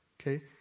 Okay